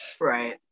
Right